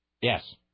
Yes